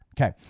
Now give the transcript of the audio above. Okay